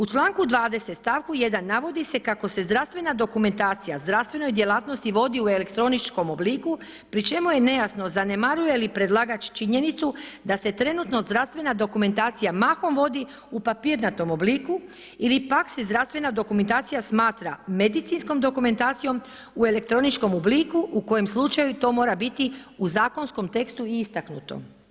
U čl. 20. stavku 1. navodi se kako se zdravstvena dokumentacija zdravstvenoj djelatnosti vodi u elektroničkom obliku, pri čemu je nejasno, zanemaruje li predlagač činjenicu, da se trenutno zdravstvena dokumentacija mahom vodi u papirnatom obliku, ili pak se zdravstvena dokumentacija smatra medicinskom dokumentacijom u elektroničkom obliku, u kojem slučaju to mora biti u zakonskom tekstu i istaknuto.